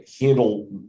handle